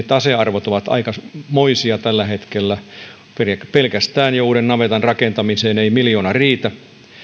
tasearvot ovat aikamoisia tällä hetkellä jo pelkästään uuden navetan rakentamiseen ei miljoona riitä